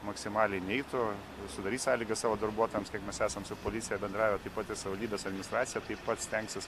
maksimaliai neitų sudarys sąlygas savo darbuotojams kiek mes esam su policija bendravę taip pat ir savivaldybės administracija taip pat stengsis